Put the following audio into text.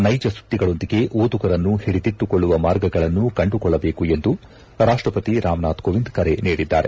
ನೈಜ ಸುದ್ದಿಗಳೊಂದಿಗೆ ಓದುಗರನ್ನು ಹಿಡಿದಿಟ್ಟುಕೊಳ್ಳುವ ಮಾರ್ಗಗಳನ್ನು ಕಂಡುಕೊಳ್ಳಬೇಕು ಎಂದು ರಾಷ್ಟಪತಿ ರಾಮನಾಥ್ ಕೋವಿಂದ್ ಕರೆ ನೀಡಿದ್ದಾರೆ